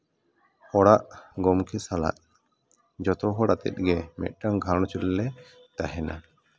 ᱚᱲᱟᱜ ᱜᱚᱢᱠᱮ ᱥᱟᱞᱟᱜ ᱡᱚᱛᱚᱦᱚᱲ ᱟᱛᱮᱫ ᱜᱮ ᱢᱤᱫᱴᱟᱱ ᱜᱷᱟᱨᱚᱸᱡᱽ ᱨᱮᱞᱮ ᱛᱟᱦᱮᱱᱟ